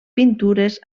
pintures